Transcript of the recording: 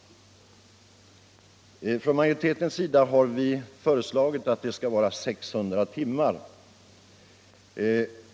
Vi i majoriteten har föreslagit att den skall vara 600 timmar.